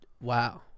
Wow